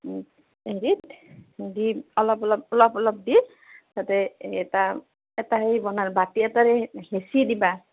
উম হেৰিত দি অলপ অলপ অলপ অলপ দি তাতে এটা এটা সেই বনাই বাতি এটাত সেই হেঁচি দিবা